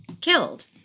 killed